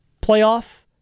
playoff